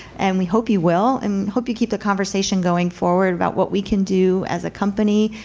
and we hope you will. and hope you keep the conversation going forward about what we can do as a company,